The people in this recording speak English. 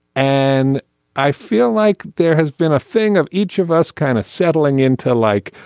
and i feel like there has been a thing of each of us kind of settling into like,